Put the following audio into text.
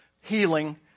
healing